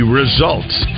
results